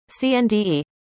cnde